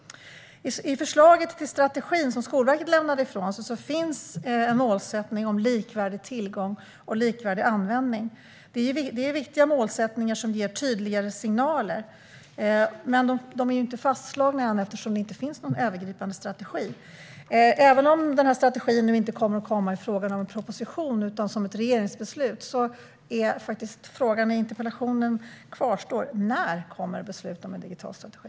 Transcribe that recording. I det förslag till strategi som Skolverket lämnade ifrån sig finns en målsättning om likvärdig tillgång och likvärdig användning. Det är viktiga målsättningar som ger tydliga signaler, men de är inte fastslagna än eftersom det inte finns någon övergripande strategi. Även om strategin nu inte kommer att komma i form av en proposition utan i form av ett regeringsbeslut kvarstår faktiskt frågan i interpellationen. När kommer beslutet om en digital strategi?